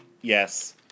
Yes